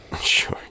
Sure